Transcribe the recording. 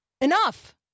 enough